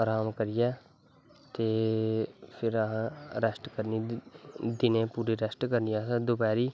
राम करियै ते फिर रेस्ट करनी दिनैं असैं रैस्ट करनी दपैह्रीं